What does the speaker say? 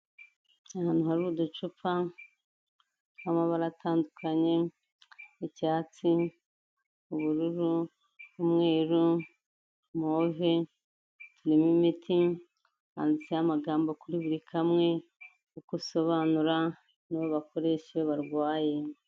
Ahantu hari uducupa tw'amabara atandukanye, icyatsi, ubururu, umweru, move, turimo imiti, handitseho amagambo kuri buri kamwe, uko usobanura, n'uwo bakoresha iyo barwaye.